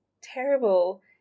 terrible